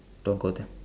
don't go there